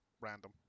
random